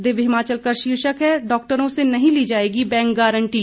दिव्य हिमाचल का शीर्षक है डॉक्टरों से नहीं ली जाएगी बैंक गारंटी